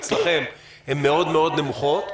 אצלכם הן נמוכות מאוד,